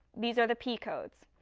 these are the p codes.